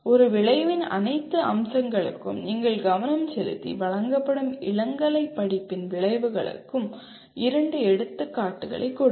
ஒரு விளைவின் அனைத்து அம்சங்களுக்கும் நீங்கள் கவனம் செலுத்தி வழங்கப்படும் இளங்கலை படிப்பின் விளைவுகளுக்கு இரண்டு எடுத்துக்காட்டுகளைக் கொடுங்கள்